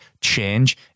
change